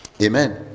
Amen